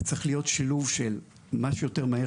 זה צריך להיות שילוב של מה שיותר מהר